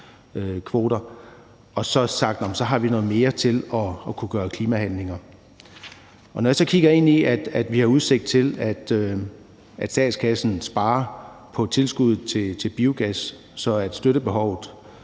CO2-kvoter, og så sagt, at så har vi noget mere til at kunne foretage klimaforhandlinger. Når jeg så kigger ind i, at vi har udsigt til, at statskassen sparer på tilskuddet til biogas, så støttebehovet